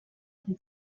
été